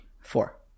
Four